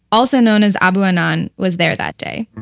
also known as abu anan, was there that day